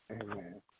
Amen